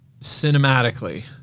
cinematically